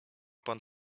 pan